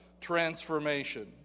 transformation